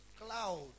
cloud